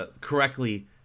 correctly